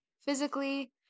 physically